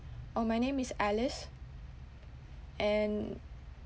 uh my name is alice and